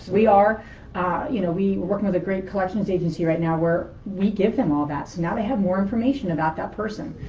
we are you know we are working with a great collection and agency right now where we give them all that. so now they have more information about that person.